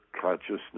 Consciousness